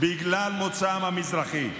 בגלל מוצאן המזרחי.